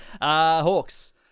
Hawks